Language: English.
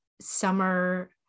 summer